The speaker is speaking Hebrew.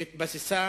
שהתבססה